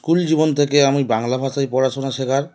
school জীবন থেকে আমি বাংলা ভাষায় পড়াশোনা শেখার